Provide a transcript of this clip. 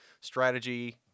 Strategy